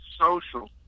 social